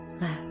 left